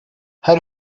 her